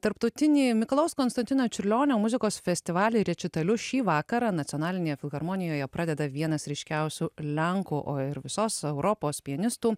tarptautinėje mikalojaus konstantino čiurlionio muzikos festivalyje rečitaliu šį vakarą nacionalinėje filharmonijoje pradeda vienas ryškiausių lenkų o ir visos europos pianistų